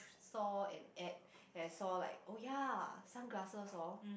saw an ad and I saw like oh ya sunglasses hor